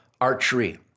archery